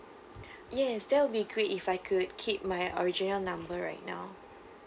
yes that will be great if I could keep my original number right now